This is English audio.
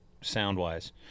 sound-wise